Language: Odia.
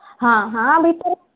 ହଁ ହଁ ଭିତରେ